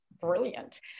brilliant